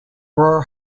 were